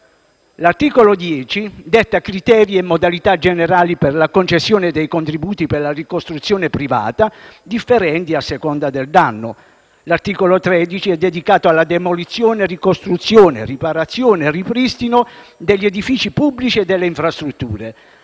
L'articolo 10 detta criteri e modalità generali per la concessione dei contributi per la ricostruzione privata differenti a seconda del danno. L'articolo 13 è dedicato alla demolizione, ricostruzione, riparazione e ripristino degli edifici pubblici e delle infrastrutture,